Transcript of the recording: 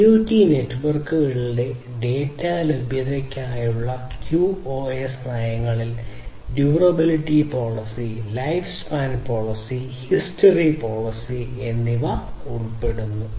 IoT നെറ്റ്വർക്കുകളിലെ data ലഭ്യതയ്ക്കായുള്ള QoS നയങ്ങളിൽ durability policy life span policy history policy എന്നിവ ഉൾപ്പെടുന്നു